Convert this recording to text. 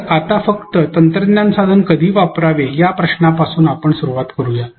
तरआता फक्त तंत्रज्ञान साधन कधी वापरावे या प्रश्नापासून आपण सुरुवात करूया